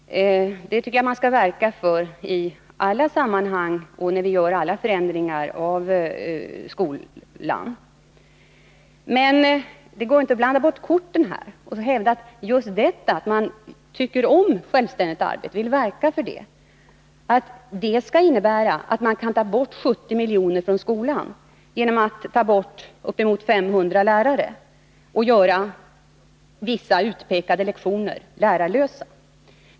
Det tycker jag att vi skall verka för i alla sammanhang och när vi gör alla förändringar i skolan. Men det går inte att blanda bort korten och hävda att just därför att man vill verka för självständigt arbete skall man ta bort 70 milj.kr. från skolan genom att ta bort uppemot 500 lärare och göra vissa utpekade lektioner lärarlösa.